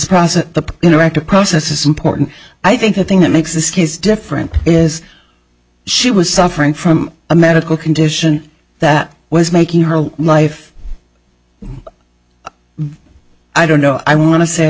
process the interactive process is important i think the thing that makes this case different is she was suffering from a medical condition that was making her life i don't know i want to say